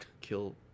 kill